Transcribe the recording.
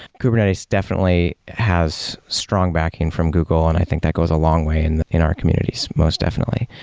kubernetes definitely has strong backing from google and i think that goes a long way and in our communities most definitely.